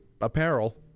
apparel